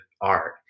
art